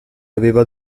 aveva